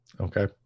Okay